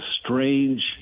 strange